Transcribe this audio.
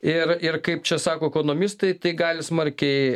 ir ir kaip čia sako ekonomistai tai gali smarkiai